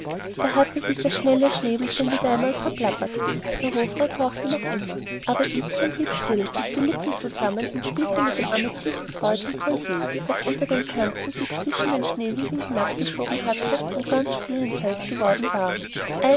ge da hatte sich das schnelle schnäbelchen schon wieder verplappert der hofrat horchte noch immer aber idchen blieb still biß die lippen zusammen und spielte mit dem amethystkreuz am kollier das unter dem tanzen sich zwischen den schneehügeln hinabgeschoben hatte und ganz glühend heiß geworden war